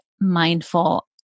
mindful